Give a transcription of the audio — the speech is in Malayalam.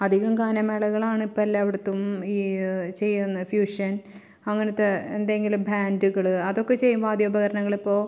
അധികം ഗാനമേളകളാണിപ്പോൾ എല്ലായിടത്തും ഈ ചെയ്യുന്ന ഫ്യൂഷൻ അങ്ങനത്തെ എന്തെങ്കിലും ബാൻഡുകൾ അതൊക്കെ ചെയ്യും വാദ്യോപകരണങ്ങളിപ്പോൾ